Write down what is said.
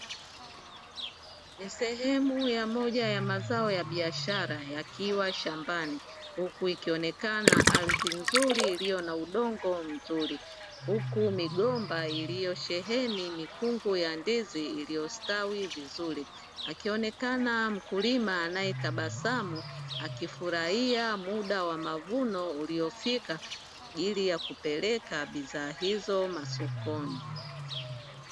Ni sehemu moja ya mazao ya biashara yakiwa shambani, huku ikionekana ardhi nzuri iliyo na udongo mzuri, huku migomba iliyosheheni mikungu ya ndizi iliyostawi vizuri. Akionekana mkulima anayetabasamu akifurahia muda wa mavuno uliofika, kwa ajili ya kupeleka bidhaa hizo sokoni.